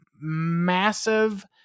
massive